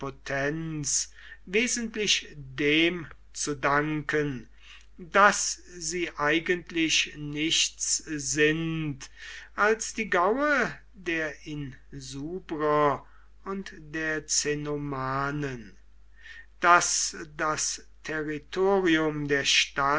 wesentlich dem zu danken daß sie eigentlich nichts sind als die gaue der insubrer und der cenomanen daß das territorium der